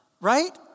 right